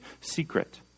secret